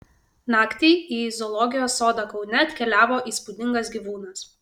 naktį į zoologijos sodą kaune atkeliavo įspūdingas gyvūnas